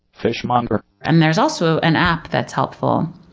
fishmonger. and there's also an app that's helpful,